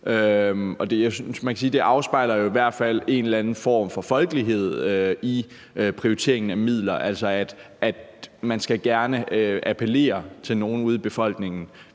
fald afspejler en eller anden form for folkelighed i prioriteringen af midler, altså at man gerne skal appellere til nogen ude i befolkningen,